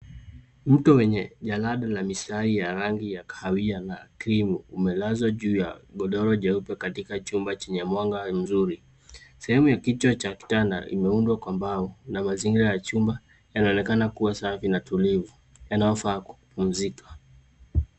Mto wenye nyalada na mistari ya rangi ya kahawia na krimu umelazwa juu ya godoro jeupe katika chumba chenye mwanga mzuri. Sehemu ya kichwa cha kitanda imeundwa kwa mbao na mazingira ya chumba yanaoneka kuwa safi na tulivu yanayofaa kupumzika.